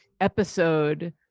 episode